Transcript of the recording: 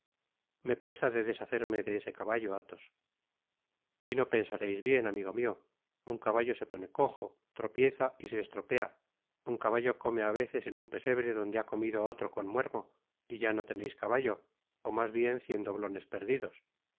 me pesa de deshacerme de ese caballo athos y tio pensais'bien amigo mio un caballo se pone cojo tropieza y se estropea un caballo come á veces en un pesebre donde ha comido otro con muermo y ya no teneisjcaballo ó mas bien cien doblones perdidos